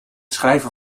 schrijver